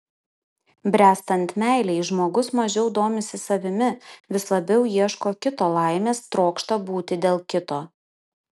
bręstant meilei žmogus mažiau domisi savimi vis labiau ieško kito laimės trokšta būti dėl kito